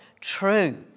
true